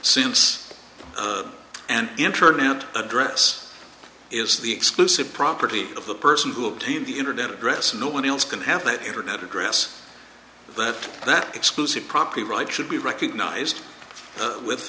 since and internet address is the exclusive property of the person who obtained the internet address no one else can have that internet address but that exclusive property rights should be recognized with